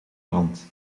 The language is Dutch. brand